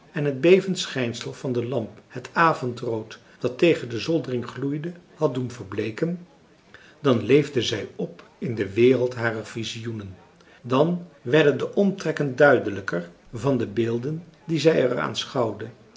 en het bevend schijnsel van de lamp het avondrood dat tegen de zoldering gloeide had doen verbleeken dan leefde zij op in de wereld harer visioenen dan werden de omtrekken duidelijker van de beelden die zij